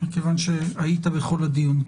כיוון שהיית בכל הדיון.